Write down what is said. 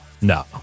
No